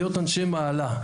להיות אנשי מעלה,